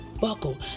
buckle